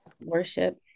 worship